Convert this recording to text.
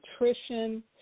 nutrition